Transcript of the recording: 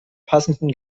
passenden